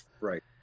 Right